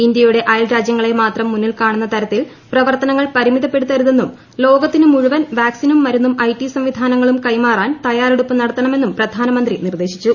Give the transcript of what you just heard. ഇന്ത്യയുടെ അയൽരാജ്യങ്ങളെ മാത്രം മുന്നിൽ കാണുന്ന തരത്തിൽ പ്രവർത്തനുള്ങൾ പരിമിതപ്പെടുത്തരു തെന്നും ലോകത്തിനു മുഴുവൻ വ്യാക്സ്മീനും മരുന്നും ഐടി സംവിധാനങ്ങളും കൈമാറാൻ രിച്ചാറ്റെടുപ്പ് നടത്തണമെന്നും പ്രധാനമന്ത്രി നിർദ്ദേശിച്ചു